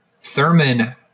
Thurman